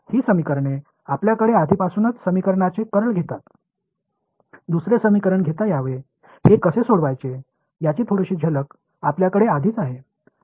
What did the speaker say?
ही समीकरणे आपल्याकडे आधीपासूनच समीकरणाचे कर्ल घेतात दुसरे समीकरण घेता यावे हे कसे सोडवायचे याची थोडीशी झलक आपल्याकडे आधीच आहे